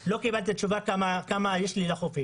שלא קיבלת תשובה כמה יש לי לחופים.